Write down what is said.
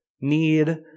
need